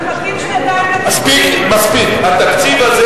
אנחנו מחכים, את התקציב.